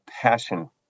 passion